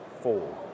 four